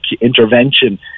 intervention